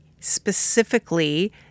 specifically